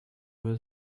was